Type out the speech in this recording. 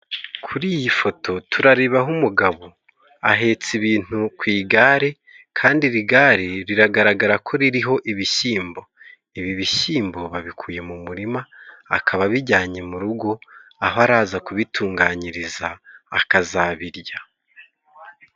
Kuri iyi foto turarebaho umugabo, ahetse ibintu ku igare kandi iri gare riragaragara ko ririho ibishyimbo. Ibi bishyimbo babikuye mu murima, akaba abijyanye mu rugo, aho araza kubitunganyiriza akazabirya.